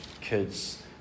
kids